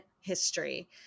history